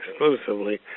exclusively